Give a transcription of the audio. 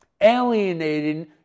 alienating